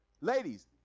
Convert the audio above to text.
Ladies